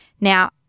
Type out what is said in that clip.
Now